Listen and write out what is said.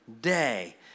day